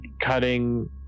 cutting